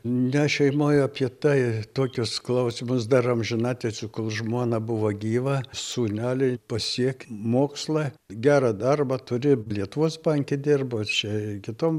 ne šeimoj apie tai tokius klausimus dar amžinatilsį kol žmona buvo gyva sūneliai pasiek mokslą gerą darbą turi lietuvos banke dirbo ir čia kitom